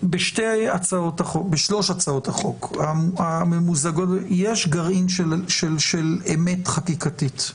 בשלוש הצעות החוק יש גרעין של אמת חקיקתית.